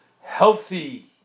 healthy